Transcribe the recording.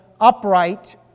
upright